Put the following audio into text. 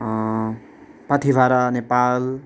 Pathibhara Nepal